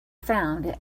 found